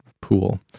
pool